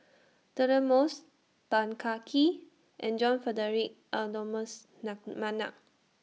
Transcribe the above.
Deirdre Moss Tan Kah Kee and John Frederick Adolphus Mcnair